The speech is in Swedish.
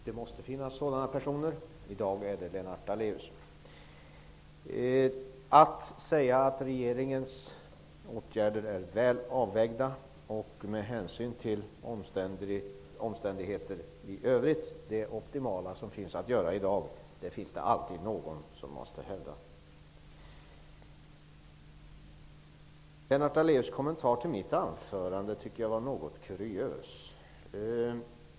Det måste finnas sådana personer, och i dag är det Det är alltid någon som måste hävda att regeringens åtgärder är väl avvägda och det optimala att göra i dag, med hänsyn till omständigheter i övrigt. Lennart Daléus kommentar till mitt anförande var något kuriös.